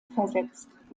versetzt